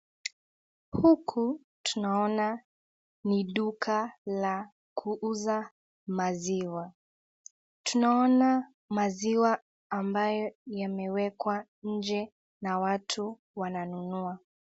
Huku tunaona ni duka la kuuza maziwa , tunaona maziwa ambayo yamewekwa nje na watu wananunua.